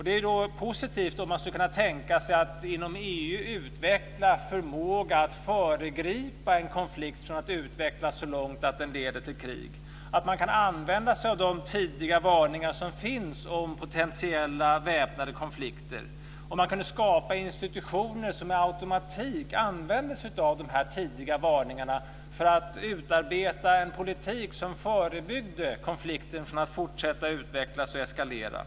Det är positivt om man skulle kunna tänka sig att inom EU utveckla förmågan att föregripa att en konflikt utvecklas så långt att den leder till krig, att man kan använda sig av de tidiga varningar som finns om potentiella väpnade konflikter och om man kunde skapa institutioner som med automatik använder sig av de här tidiga varningarna för att utarbeta en politik som kan förebygga att konflikten fortsätter att utvecklas och eskalerar.